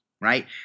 right